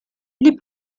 les